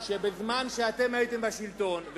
שבזמן שאתם הייתם בשלטון,